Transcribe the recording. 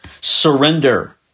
surrender